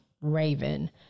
Raven